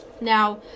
Now